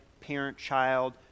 parent-child